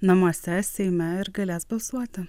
namuose seime ir galės balsuoti